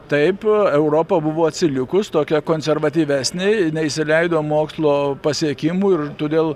taip europa buvo atsilikus tokia konservatyvesnė neįsileido mokslo pasiekimų ir todėl